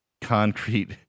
concrete